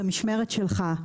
במשמרת שלך,